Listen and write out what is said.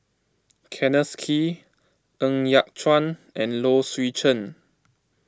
Kenneth Kee Ng Yat Chuan and Low Swee Chen